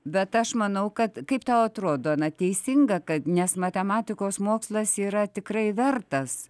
bet aš manau kad kaip tau atrodo na teisinga kad nes matematikos mokslas yra tikrai vertas